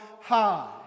high